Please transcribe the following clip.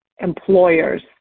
employers